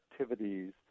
activities